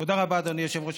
תודה רבה, אדוני היושב-ראש.